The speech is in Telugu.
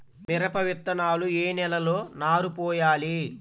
మిరప విత్తనాలు ఏ నెలలో నారు పోయాలి?